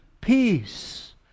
peace